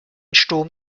sturm